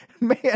Man